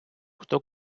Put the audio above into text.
хто